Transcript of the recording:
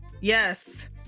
yes